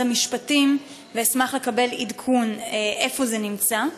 המשפטים ואשמח לקבל עדכון איפה זה נמצא.